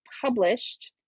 published